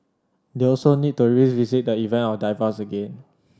they also need to revisit the event of divorce again